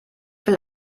will